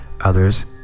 others